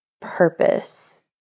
purpose